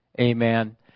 Amen